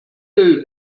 hill